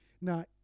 Now